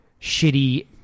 shitty